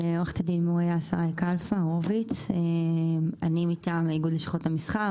עורכת הדין מוריה שרי כלפה הורוביץ אני מטעם האיגוד ללשכות המסחר.